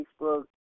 Facebook